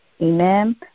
amen